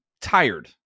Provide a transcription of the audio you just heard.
tired